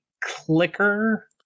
clicker